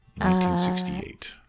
1968